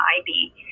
IB